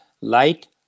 light